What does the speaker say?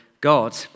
God